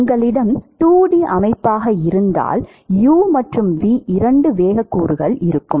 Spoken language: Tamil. உங்களிடம் 2டி அமைப்பாக இருந்தால் u மற்றும் v இரண்டு வேகக் கூறுகள் இருக்கும்